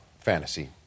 fantasy